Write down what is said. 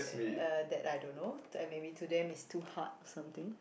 uh that I don't know that maybe to them is too hard or something